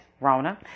rona